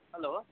hello